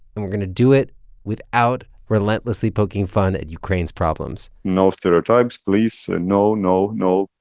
and we're going to do it without relentlessly poking fun at ukraine's problems no stereotypes, please. no, no, no.